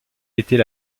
était